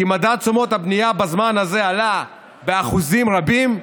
כי מדד תשומות הבנייה בזמן הזה עלה באחוזים רבים,